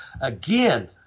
Again